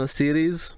series